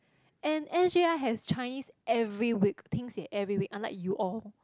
and S_J_I has Chinese every week 听写 every week unlike you all